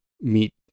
meet